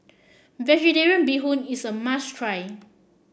vegetarian Bee Hoon is a must try